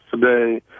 today